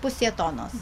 pusė tonos